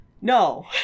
No